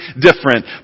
different